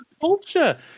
culture